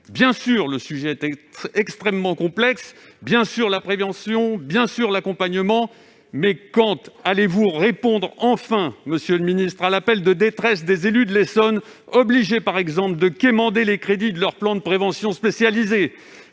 Bien sûr, le sujet est extrêmement complexe ; bien sûr, la prévention ; bien sûr, l'accompagnement ... Cependant, quand répondrez-vous enfin à l'appel de détresse des élus de l'Essonne, obligés, par exemple, de quémander les crédits de leur plan de prévention spécialisée ?